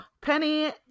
Penny